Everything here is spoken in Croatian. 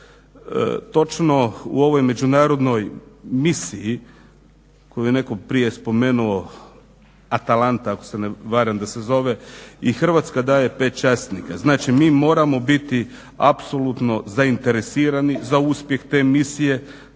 Točno, u ovoj međunarodnoj misiji koju je netko prije spomenuo Atalanta ako se ne varam da se zove i Hrvatska daje pet časnika. Znači mi moramo biti apsolutno zainteresirani za uspjeh te misije